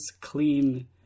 clean